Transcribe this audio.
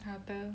好的